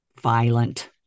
violent